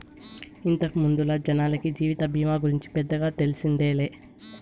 ఇంతకు ముందల జనాలకి జీవిత బీమా గూర్చి పెద్దగా తెల్సిందేలే